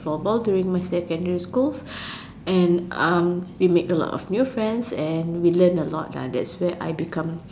floorball during my secondary school and um we make a lot of new friends and we learn a lot lah that's where I become